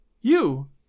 You